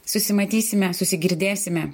susimatysime susigirdėsime